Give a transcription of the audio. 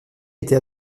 était